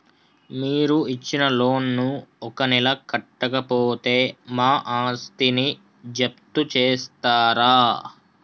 మీరు ఇచ్చిన లోన్ ను ఒక నెల కట్టకపోతే మా ఆస్తిని జప్తు చేస్తరా?